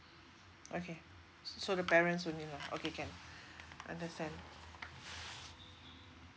okay so the parents only lah okay can understand